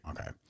Okay